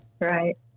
Right